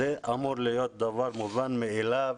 זה אמור להיות דבר מובן מאליו.